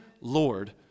Lord